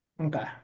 Okay